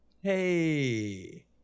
Hey